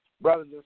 Brothers